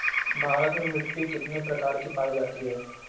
भारत में मिट्टी कितने प्रकार की पाई जाती हैं?